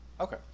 Okay